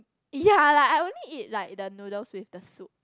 ya like I only eat like the noodles with the soup